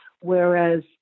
whereas